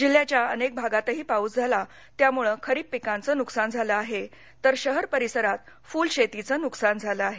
जिल्ह्याच्या अनेक भागातही पाऊस झाला त्यामुळे खरीप पिकांचे नुकसान झालं आहे तर शहर परिसरात फुल शेतीचं नुकसान झालं आहे